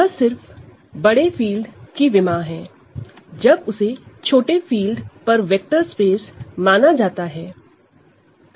यह सिर्फ बड़े फील्ड की डायमेंशन है जब उसे छोटे फील्ड पर वेक्टर स्पेस माना जाता है